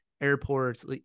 airports